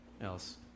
else